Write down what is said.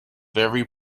very